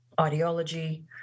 ideology